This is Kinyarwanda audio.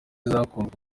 zakunzwe